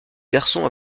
garçon